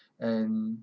and